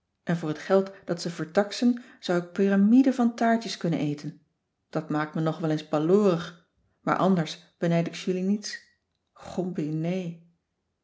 en voor het geld dat ze vertaxen zou ik pyramiden van taartjes kunnen eten dat maakt me nog wel eens baloorig maar anders benijd ik julie niets gompie nee